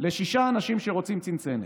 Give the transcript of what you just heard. לשישה אנשים שרוצים צנצנת,